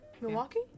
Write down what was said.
Milwaukee